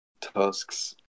tusks